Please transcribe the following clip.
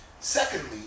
secondly